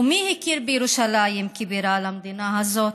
ומי מכיר בירושלים כבירה למדינה הזאת?